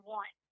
one